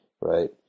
right